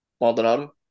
Maldonado